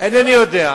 אינני יודע.